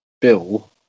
Bill